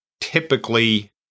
Typically